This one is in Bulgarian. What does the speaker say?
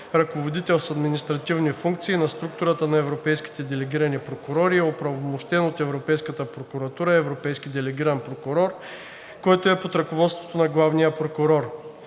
Ръководител с административни функции на структурата на европейските делегирани прокурори е оправомощен от Европейската прокуратура европейски делегиран прокурор, който е под ръководството на главния прокурор.“